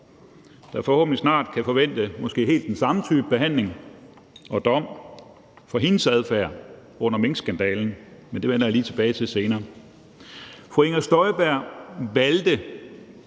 der forhåbentlig snart kan forvente den måske helt samme type behandling og dom for hendes adfærd under minkskandalen, men det vender jeg lige tilbage til senere. Fru Inger Støjberg valgte